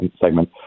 segment